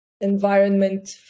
environment